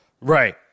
Right